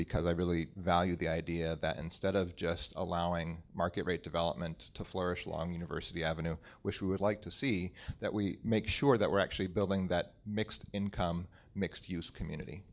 because i really value the idea that instead of just allowing market rate development to flourish long university avenue which we would like to see that we make sure that we're actually building that mixed income mixed use community